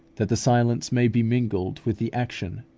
that the silence may be mingled with the action,